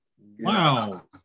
Wow